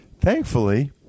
Thankfully